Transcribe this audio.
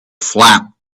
flap